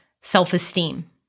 self-esteem